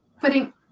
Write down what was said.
Putting